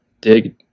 dig